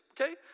Okay